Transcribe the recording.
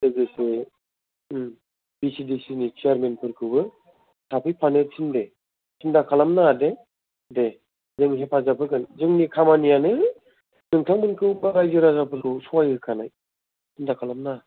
लोगोसे ओं B C D C नि चेयारमेन फोरखौबो थाफैफानो थिन्दो सिन्था खालामनो नाङा दे दे जों हेफाजाब होगोन जोंनि खामानियानो नोंथांमोनखौ एबा रायजो राजाफोरखौ सहाय होखानाय सिन्था खालाम नाङा